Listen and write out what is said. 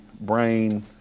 brain